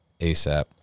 ASAP